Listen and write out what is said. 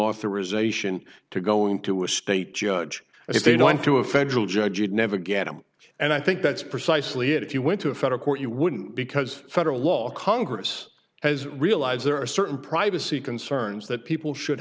authorization to go into a state judge and if they go into a federal judge would never get him and i think that's precisely it if you went to a federal court you wouldn't because federal law congress has realized there are certain privacy concerns that people should